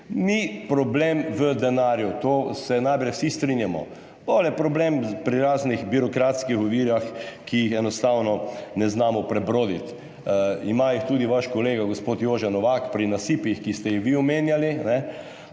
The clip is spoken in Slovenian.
Ni problem v denarju, s tem se najbrž vsi strinjamo, bolj je problem pri raznih birokratskih ovirah, ki jih enostavno ne znamo prebroditi. Ima jih tudi vaš kolega gospod Jože Novak pri nasipih, ki ste jih vi omenjali.